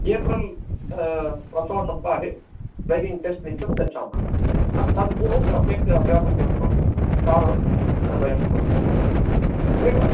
April प्रथमसप्ताहे driving test निमित्तं गच्छामः तत् पूर्वं सम्यक् अभ्यासं कृत्वा यानं वयं कर्तुं शक्नुमः सम्यक् वा